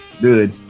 Good